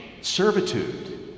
servitude